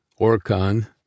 Orcon